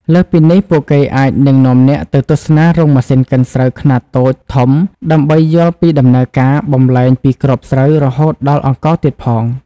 លើសពីនេះ ពួកគេអាចនឹងនាំអ្នកទៅទស្សនារោងម៉ាស៊ីនកិនស្រូវខ្នាតតូច ធំ ដើម្បីយល់ពីដំណើរការបំប្លែងពីគ្រាប់ស្រូវរហូតដល់អង្ករទៀតផង ។